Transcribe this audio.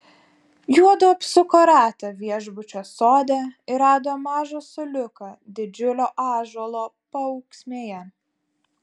juodu apsuko ratą viešbučio sode ir rado mažą suoliuką didžiulio ąžuolo paūksmėje